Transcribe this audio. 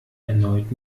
erneut